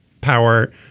power